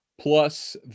Plus